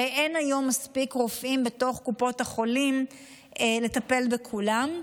הרי אין היום מספיק רופאים בתוך קופות החולים לטפל בכולם.